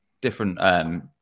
different